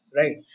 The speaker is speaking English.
right